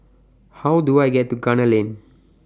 How Do I get to Gunner Lane